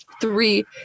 three